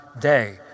day